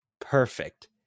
perfect